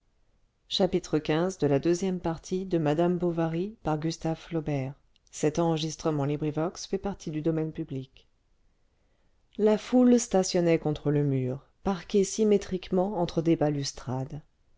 la foule stationnait contre le mur parquée symétriquement entre des balustrades